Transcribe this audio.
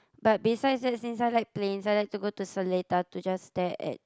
but besides that since I like planes I like to go to Seletar to just stare at